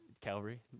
Calvary